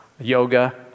yoga